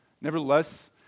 Nevertheless